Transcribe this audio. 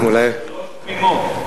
שלוש תמימות.